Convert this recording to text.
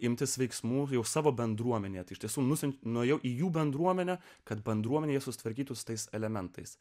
imtis veiksmų jau savo bendruomenės iš tiesų mūsų nuėjau į jų bendruomenę kad bendruomenės sutvarkytus tais elementais